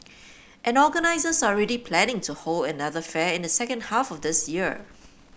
and organisers are already planning to hold another fair in the second half of this year